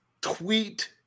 Tweet